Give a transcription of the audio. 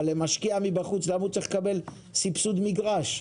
אבל למה משקיע מבחוץ צריך לקבל סבסוד מגרש?